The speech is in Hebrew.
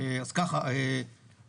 איזה מפלצת.